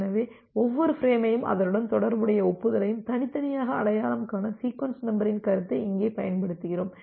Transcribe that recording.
எனவே ஒவ்வொரு ஃபிரேமையும் அதனுடன் தொடர்புடைய ஒப்புதலையும் தனித்தனியாக அடையாளம் காண சீக்வென்ஸ் நம்பரின் கருத்தை இங்கே பயன்படுத்துகிறோம்